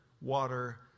water